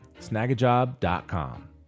Snagajob.com